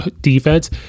defense